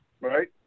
Right